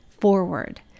forward